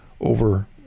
over